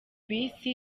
bisi